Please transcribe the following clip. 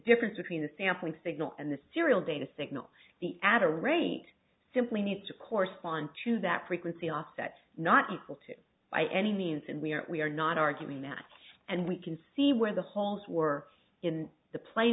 difference between the sampling signal and the serial data signal the add a rate simply needs to correspond to that frequency offset not equal to it by any means and we are we are not arguing that and we can see where the holes were in the plane